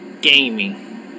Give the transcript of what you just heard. Gaming